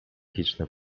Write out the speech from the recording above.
chiczny